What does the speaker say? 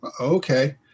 okay